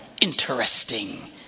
interesting